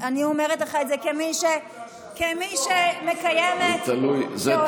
אני אומרת לך את זה כמי שמקיימת ואוהבת